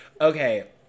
Okay